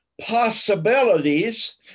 possibilities